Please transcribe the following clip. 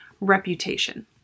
reputation